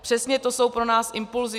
Přesně to jsou pro nás impulzy.